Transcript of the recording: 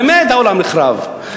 באמת העולם נחרב.